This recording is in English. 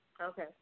Okay